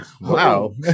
wow